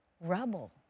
rubble